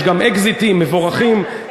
יש גם אקזיטים מבורכים,